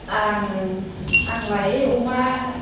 आं लायो अमा